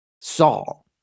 saul